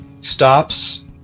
stops